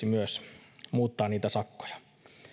myös vankeusrangaistuksiksi muuttaa niitä sakkoja